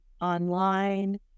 online